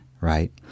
right